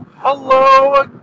Hello